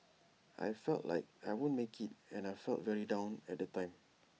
I felt like I won't make IT and I felt very down at the time